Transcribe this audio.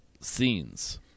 scenes –